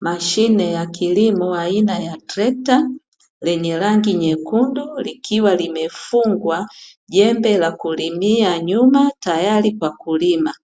Mashine ya kilimo aina ya trekta, lenye rangi nyekundu, likiwa limefungwa jembe la kulimia nyuma tayari kwa kulima.